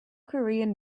korean